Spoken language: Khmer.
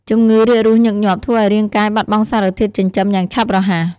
ជំងឺរាគរូសញឹកញាប់ធ្វើឱ្យរាងកាយបាត់បង់សារធាតុចិញ្ចឹមយ៉ាងឆាប់រហ័ស។